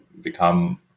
become